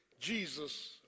Jesus